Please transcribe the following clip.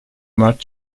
mart